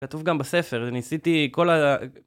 כתוב גם בספר, אני עשיתי כל ה...